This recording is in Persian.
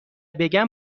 بگم